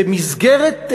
ומסגרת,